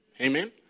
Amen